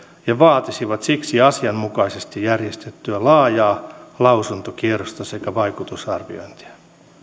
ja vaatisivat siksi asianmukaisesti järjestettyä laajaa lausuntokierrosta sekä vaikutusarviointia